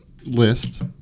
list